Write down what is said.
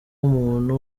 umuntu